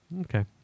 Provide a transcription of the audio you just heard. okay